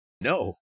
no